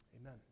Amen